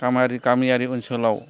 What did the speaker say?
गामियारि ओनसोलाव